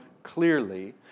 clearly